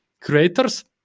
creators